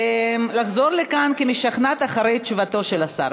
לחזור כמשכנעת אחרי תשובתו של השר.